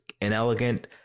inelegant